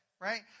right